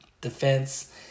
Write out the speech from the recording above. defense